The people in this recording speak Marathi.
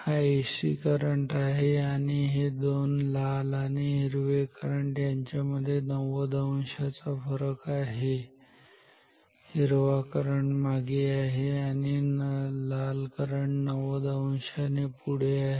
हा एसी करंट आहेत आणि हे दोन लाल आणि हिरवे करंट मध्ये 90 अंश चा फरक आहे हिरवा करंट मागे आहे आणि लाल करंट 90 अंशाने पुढे आहे